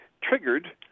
triggered